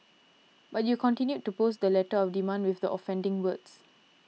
but you continued to post the letter of demand with the offending words